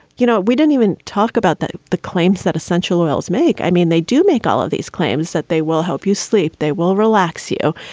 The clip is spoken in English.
you know, we didn't even talk about that. the claims that essential oils make i mean, they do make all of these claims that they will help you sleep. they will relax you,